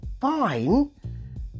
fine